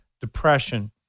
depression